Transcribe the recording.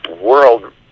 world